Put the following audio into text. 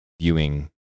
viewing